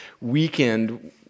weekend